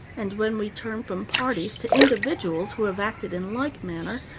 and when we turn from parties to individuals who have acted in like manner,